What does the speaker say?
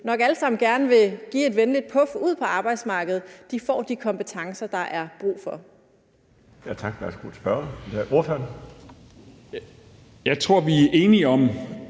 nok alle sammen gerne vil give et venligt puf ud på arbejdsmarkedet, får de kompetencer, der er brug for.